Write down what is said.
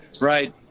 Right